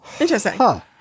Interesting